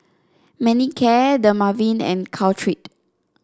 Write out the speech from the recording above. Manicare Dermaveen and Caltrate